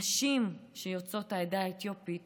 נשים יוצאות העדה האתיופית